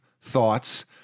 thoughts